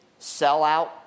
sellout